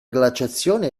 glaciazione